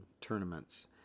tournaments